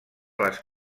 les